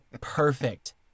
perfect